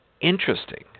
interesting